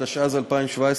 התשע"ז 2017,